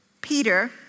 Peter